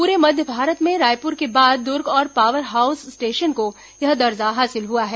पूरे मध्य भारत में रायपुर के बाद दुर्ग और पावर हाउस स्टेशन को यह दर्जा हासिल हुआ है